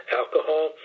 alcohol